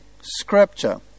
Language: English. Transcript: Scripture